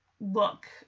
look